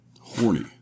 Horny